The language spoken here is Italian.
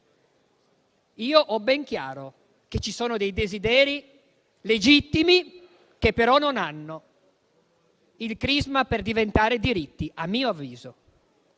Io ho ben chiaro che ci sono dei desideri legittimi, che però non hanno il crisma per diventare diritti, a mio avviso.